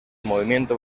movimiento